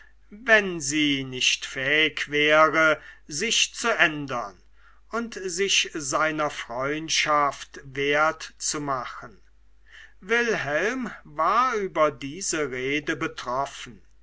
wenn sie nicht fähig wäre sich zu ändern und sich seiner freundschaft wert zu machen wilhelm war über diese rede betroffen